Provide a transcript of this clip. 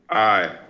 aye.